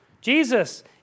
Jesus